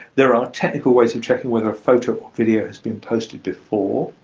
there are technical ways of checking whether a photo or video has been posted before.